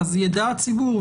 אז יידע הציבור,